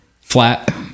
Flat